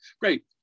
Great